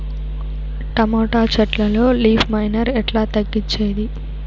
Tomato చెట్లల్లో leaf miner ఎట్లా తగ్గించేది?